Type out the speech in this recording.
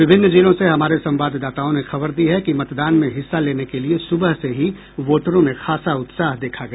विभिन्न जिलों से हमारे संवाददाताओं ने खबर दी है कि मतदान में हिस्सा लेने के लिए सुबह से ही वोटरों में खासा उत्साह देखा गया